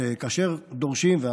כאשר דורשים,